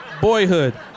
Boyhood